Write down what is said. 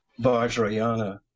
Vajrayana